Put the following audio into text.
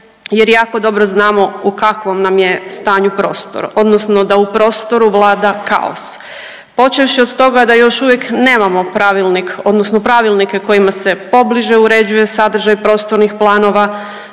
Jer jako dobro znamo u kakvom nam je stanju prostor odnosno da u prostoru vlada kaos počevši od toga da još uvijek nemamo pravilnik odnosno pravilnike kojima se pobliže uređuje sadržaj prostornih planova,